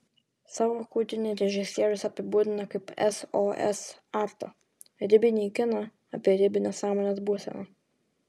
savo kūrinį režisierius apibūdina kaip sos artą ribinį kiną apie ribinę sąmonės būseną